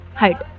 height